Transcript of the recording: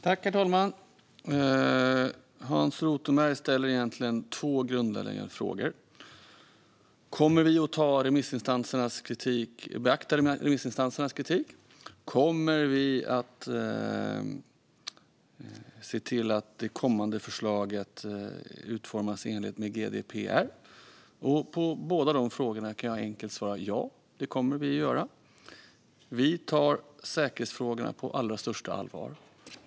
Herr talman! Hans Rothenberg ställer två grundläggande frågor: Kommer vi att beakta remissinstansernas kritik? Kommer vi att se till att det kommande förslaget utformas i enlighet med GDPR? På båda dessa frågor kan jag enkelt svara: Ja, det kommer vi att göra. Vi tar säkerhetsfrågorna på allra största allvar.